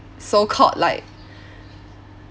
so called like